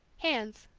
hands,